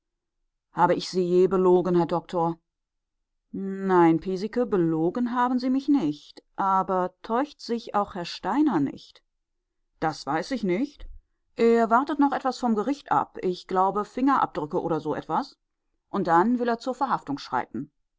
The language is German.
habe ich sie je belogen herr doktor nein piesecke belogen haben sie mich nie aber täuscht sich auch herr steiner nicht das weiß ich nicht er wartet noch etwas vom gericht ab ich glaube fingerabdrücke oder so etwas und dann will er zur verhaftung schreiten